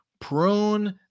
prune